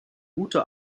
gute